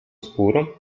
spór